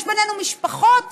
יש בינינו משפחות